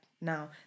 now